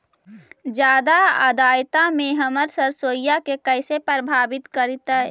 जादा आद्रता में हमर सरसोईय के कैसे प्रभावित करतई?